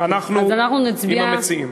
אז אנחנו עם המציעים.